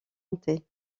hanté